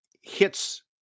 hits